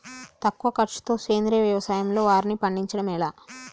తక్కువ ఖర్చుతో సేంద్రీయ వ్యవసాయంలో వారిని పండించడం ఎలా?